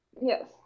Yes